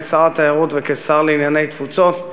כשר התיירות וכשר לענייני תפוצות,